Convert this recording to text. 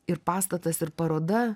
ir pastatas ir paroda